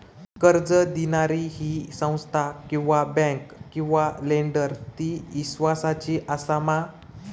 कर्ज दिणारी ही संस्था किवा बँक किवा लेंडर ती इस्वासाची आसा मा?